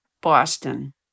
Boston